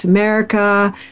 America